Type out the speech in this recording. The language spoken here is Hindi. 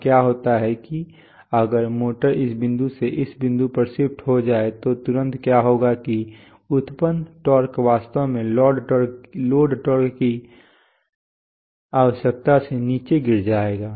अब क्या होता है कि अगर मोटर इस बिंदु से इस बिंदु पर शिफ्ट हो जाए तो तुरंत क्या होगा कि उत्पन्न टॉर्क वास्तव में लोड टॉर्क की आवश्यकता से नीचे गिर जाएगा